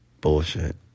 Bullshit